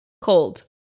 Cold